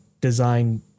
design